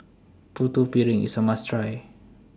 Putu Piring IS A must Try